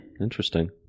Interesting